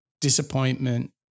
disappointment